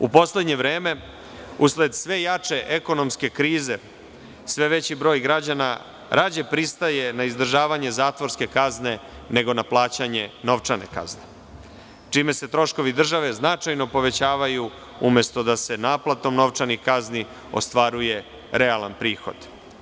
U poslednje vreme, usled sve jače ekonomske krize, sve veći broj građana rađe pristaje na izdržavanje zatvorske kazne, nego na plaćanje novčane kazne, čime se troškovi države značajno povećavaju, umesto da se naplatom novčanih kazni ostvaruje realan prihod.